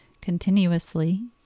continuously